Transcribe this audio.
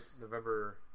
November